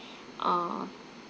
uh